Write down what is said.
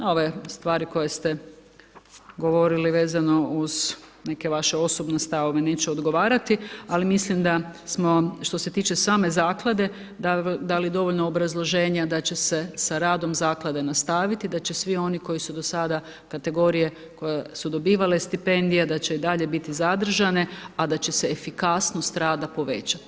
A ove stvari koje ste govorili vezano uz neke vaše osobne stavove neću odgovarati, ali mislim da smo, što se tiče same zaklade, dali dovoljno obrazloženja da će se sa radom zaklade nastaviti, da će svi oni koji su do sada kategorije koje su dobivale stipendije da će i dalje biti zadržane, a da će se efikasnost rada povećati.